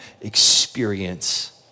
experience